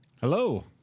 hello